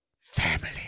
Family